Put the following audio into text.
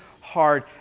hard